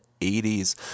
80s